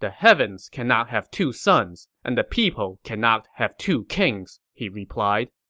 the heavens cannot have two suns, and the people cannot have two kings, he replied.